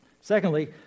Secondly